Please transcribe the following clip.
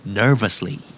nervously